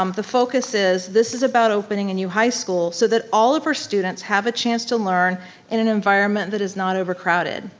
um the focus is this is about opening a new high school so that all of our students have a chance to learn in an environment that is not overcrowded.